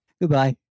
Goodbye